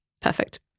perfect